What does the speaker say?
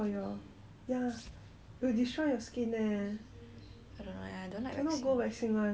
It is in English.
I don't know eh I don't like waxing